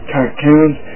Cartoons